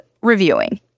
reviewing